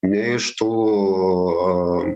ne iš tų o